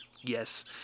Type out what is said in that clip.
yes